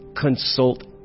Consult